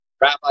Rabbi